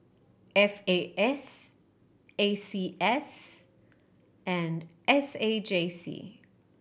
F A S A C S and S A J C